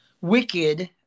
Wicked